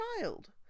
child